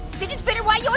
fidget spinner, why you